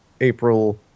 April